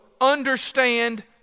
understand